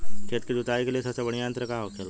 खेत की जुताई के लिए सबसे बढ़ियां यंत्र का होखेला?